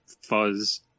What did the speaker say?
fuzz